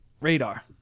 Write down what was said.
radar